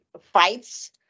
fights